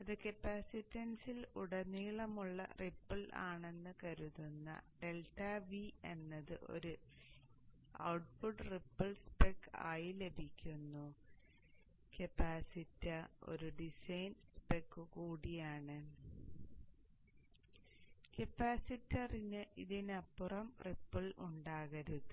അത് കപ്പാസിറ്റൻസിൽ ഉടനീളമുള്ള റിപ്പിൾ ആണെന്ന് കരുതുന്ന ∆V എന്നത് ഒരു ഔട്ട്പുട്ട് റിപ്പിൾ സ്പെക് ആയി ലഭിക്കുന്നു കപ്പാസിറ്റർ ഒരു ഡിസൈൻ സ്പെക് കൂടിയാണ് കപ്പാസിറ്ററിന് ഇതിനപ്പുറം റിപ്പിൾ ഉണ്ടാകരുത്